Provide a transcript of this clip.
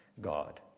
God